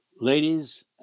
Ladies